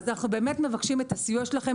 אז אנחנו באמת מבקשים את הסיוע שלכם